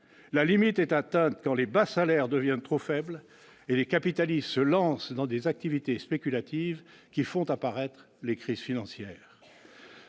La limite est « atteinte quand les bas salaires deviennent trop faibles, et les capitalistes se lancent dans des activités spéculatives qui font apparaître les crises financières